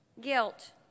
guilt